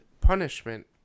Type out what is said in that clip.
punishment